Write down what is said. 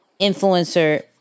influencer